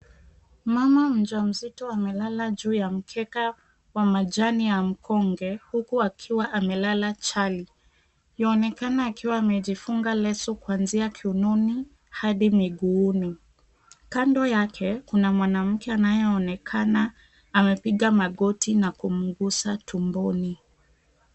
Mama mjamzito amelala juu ya mkeka kwa majani ya mkonge, huku akiwa amelala chali. Yaonekana akiwa amejifunga leso kuanzia kiunoni hadi miguuni. Kando yake kuna mwanamke anayeonekana amepiga magoti na kumgusa tumboni.